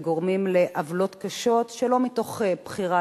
וגורמים לעוולות קשות שלא מתוך בחירה